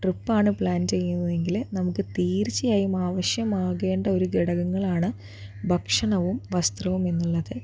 ട്രിപ്പാണ് പ്ലാൻ ചെയ്യുന്നതെങ്കില് നമുക്ക് തീർച്ചയായും ആവശ്യമാകേണ്ട ഒരു ഘടകങ്ങളാണ് ഭക്ഷണവും വസ്ത്രവും എന്നുള്ളത്